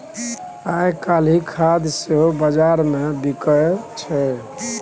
आयकाल्हि खाद सेहो बजारमे बिकय छै